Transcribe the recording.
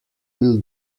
will